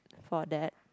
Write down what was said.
for that